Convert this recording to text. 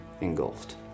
engulfed